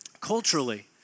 Culturally